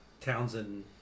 Townsend